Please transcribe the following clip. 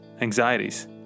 anxieties